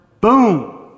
boom